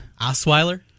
Osweiler